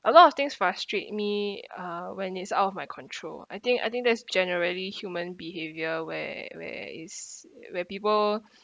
a lot of things frustrate me uh when it's out of my control I think I think that's generally human behaviour where where it's where people